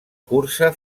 cursa